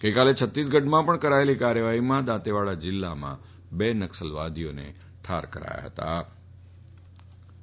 ગઈકાલે છત્તીસગઢમાં પણ કરાયેલી કાર્યવાફીમાં દાંતેવાડા જિલ્લામાં બે નક્સલવાદીઓને ઠાર કરાયા હ્તા